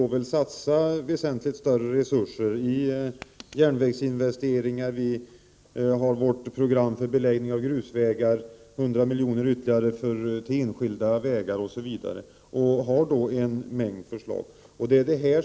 Vi vill satsa väsentligt större resurser i järnvägsinvesteringar och i vårt program för beläggning av grusvägar, vi vill att det anslås 100 miljoner ytterligare till enskilda vägar osv. Vi har en mängd förslag i sådana avseenden.